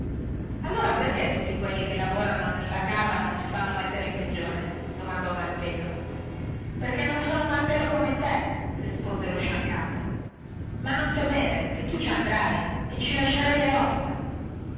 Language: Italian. allora perchè tutti quelli che lavorano nella cava non si fanno mettere in prigione domandò malpelo perchè non sono malpelo come te rispose lo sciancato ma non temere che tu ci andrai e ci lascerai le ossa